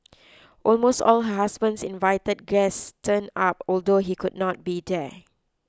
almost all her husband's invited guests turn up although he could not be there